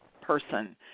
person